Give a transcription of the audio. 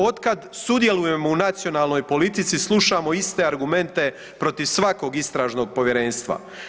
Od kad sudjelujemo u nacionalnoj politici slušamo iste argumente protiv svakog Istražnog povjerenstva.